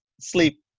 sleep